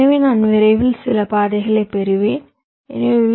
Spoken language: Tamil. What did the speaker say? எனவே நான் விரைவில் சில பாதைகளைப் பெறுவேன் எனவே வி